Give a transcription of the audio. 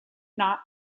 not